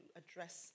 address